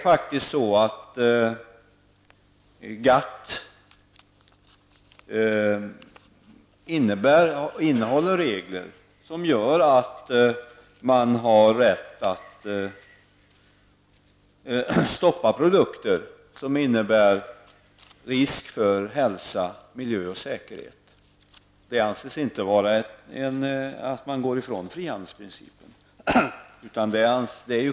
GATT omfattar faktiskt regler som gör att man har rätt att stoppa produkter som innebär risk för hälsa, miljö och säkerhet. Det anses inte innebära att man frångår frihandelsprincipen.